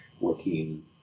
working